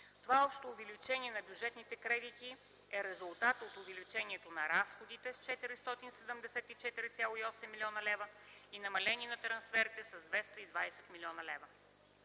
Това общо увеличение на бюджетните кредити е резултат от увеличението на разходите с 474,8 млн.лв. и намаление на трансферите с 220 млн. лв.